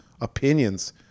opinions